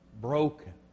broken